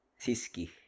Siski